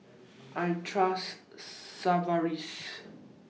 I Trust Sigvaris